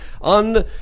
on